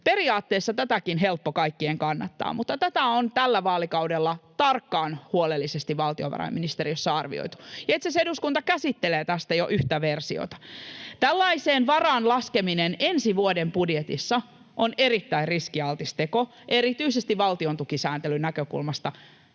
Periaatteessa tätäkin on helppo kaikkien kannattaa, mutta tätä on tällä vaalikaudella tarkkaan, huolellisesti valtiovarainministeriössä arvioitu, ja itse asiassa eduskunta käsittelee tästä jo yhtä versiota. Tällaisen varaan laskeminen ensi vuoden budjetissa on erittäin riskialtis teko erityisesti valtiontukisääntelyn näkökulmasta.